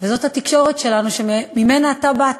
וזאת התקשורת שלנו, שממנה אתה באת,